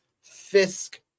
Fisk